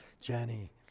Jenny